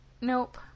nope